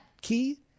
key